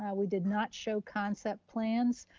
yeah we did not show concept plans,